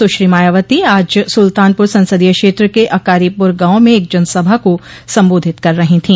सुश्री मायावती आज सुल्तानपुर संसदीय क्षेत्र के अकारीपुर गांव में एक जनसभा को संबोधित कर रही थी